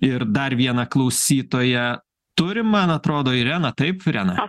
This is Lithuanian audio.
ir dar vieną klausytoją turim man atrodo irena taip irena